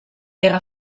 era